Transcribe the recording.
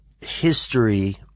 history